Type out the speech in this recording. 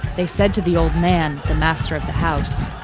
they said to the old man, the master of the house,